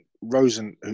Rosen